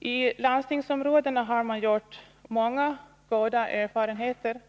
I landstingsområdena har man gjort många goda erfarenheter,